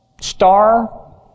star